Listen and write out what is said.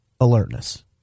alertness